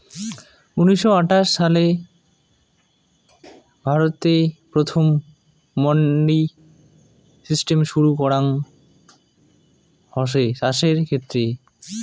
উনিশশো আটাশ ছালে ভারতে প্রথম মান্ডি সিস্টেম শুরু করাঙ হসে চাষের ক্ষেত্রে